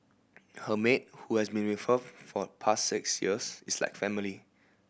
her maid who has been with her for the past six years is like family